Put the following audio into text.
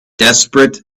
desperate